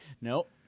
Nope